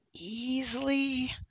Easily